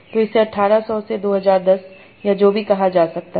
तो इसे 1800 से 2010 या जो भी कहा जा सकता है